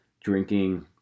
drinking